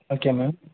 okay ma'am